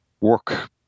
work